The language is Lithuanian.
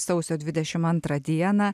sausio dvidešim antrą dieną